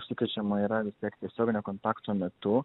užsikrečiama yra vis tiek tiesioginio kontakto metu